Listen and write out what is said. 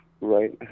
right